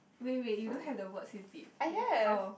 wait wait you don't have the words is it oh